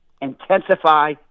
intensify